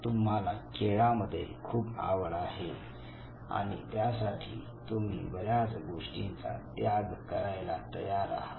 तुम्हाला खेळामध्ये खूप आवड आहे आणि त्यासाठी तुम्ही बऱ्याच गोष्टींचा त्याग करायला तयार आहात